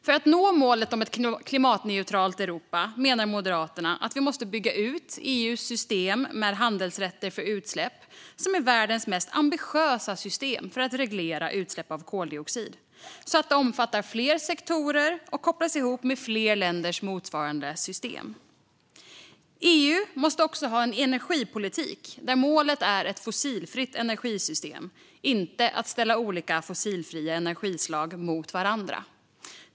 För att nå målet om ett klimatneutralt Europa menar Moderaterna att vi måste bygga ut EU:s system med handelsrätter för utsläpp, som är världens mest ambitiösa system för att reglera utsläpp av koldioxid, så att det omfattar fler sektorer och kopplas ihop med fler länders motsvarande system. EU måste också ha en energipolitik där målet är ett fossilfritt energisystem, inte att ställa olika fossilfria energislag mot varandra.